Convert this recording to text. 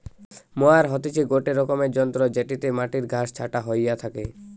mower হতিছে গটে রকমের যন্ত্র জেটিতে মাটির ঘাস ছাটা হইয়া থাকে